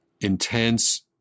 intense